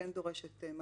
..".